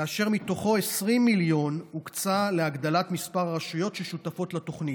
כאשר מתוכו 20 מיליון הוקצו להגדלת מספר הרשויות ששותפות לתוכנית.